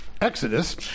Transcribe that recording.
Exodus